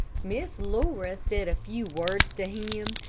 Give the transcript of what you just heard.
miss laura said a few words to him,